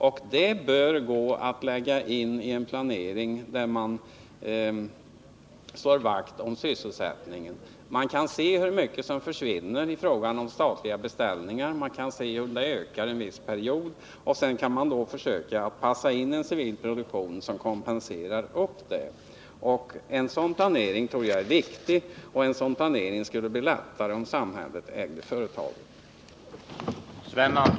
Och detta bör kunna läggas in i en planering där man slår vakt om sysselsättningen. Man kan se hur många statliga beställningar som försvinner och se hur det ökar en viss period. Sedan kan man försöka passa in en civil produktion som kompenserar det hela. En sådan planering tror jag är viktig, och den skulle bli lättare att göra om samhället ägde företaget.